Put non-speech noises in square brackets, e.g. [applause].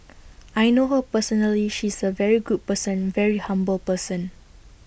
[noise] I know her personally she is A very good person very humble person